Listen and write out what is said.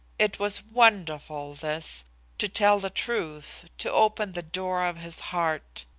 it was wonderful, this to tell the truth, to open the door of his heart!